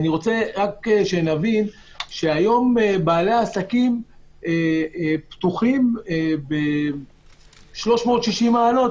היום בעלי העסקים חשופים ב-360 מעלות